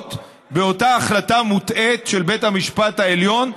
המחוזות באותה החלטה מוטעית של בית המשפט העליון,